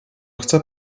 chce